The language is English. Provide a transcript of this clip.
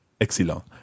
Excellent